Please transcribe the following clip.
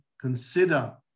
consider